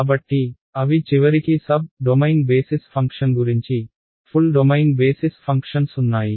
కాబట్టి అవి చివరికి సబ్ డొమైన్ బేసిస్ ఫంక్షన్ గురించి ఫుల్ డొమైన్ బేసిస్ ఫంక్షన్స్ ఉన్నాయి